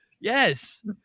Yes